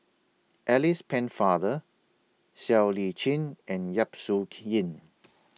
Alice Pennefather Siow Lee Chin and Yap Su Yin